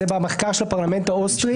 זה במחקר של הפרלמנט האוסטרי.